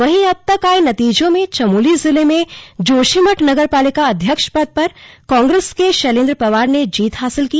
वहीं अब तक आये नतीजों में चमोली जिले में जोशीमठ नगरपालिक अध्यक्ष पद पर कांग्रेस के शैलेंद्र पंवार ने जीत हासिल की